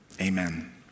Amen